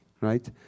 right